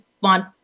want